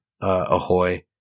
Ahoy